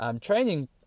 training